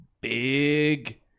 big